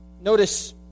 Notice